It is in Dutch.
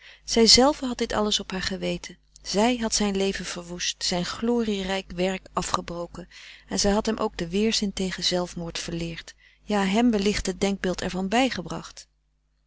zij zelve had dit alles op haar geweten zij had zijn leven verwoest zijn gloriefrederik van eeden van de koele meren des doods rijk werk afgebroken en zij had hem ook den weerzin tegen zelfmoord verleerd ja hem wellicht het denkbeeld er van bij gebracht